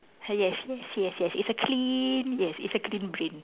ah yes yes yes yes it's a clean yes it's a clean brain